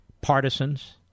partisans